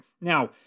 Now